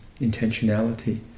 intentionality